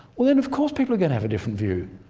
well then of course people are going to have a different view.